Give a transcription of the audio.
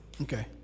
Okay